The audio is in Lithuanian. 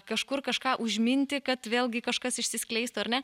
kažkur kažką užminti kad vėlgi kažkas išsiskleistų ar ne